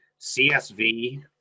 CSV